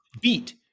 beat